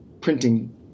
printing –